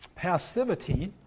Passivity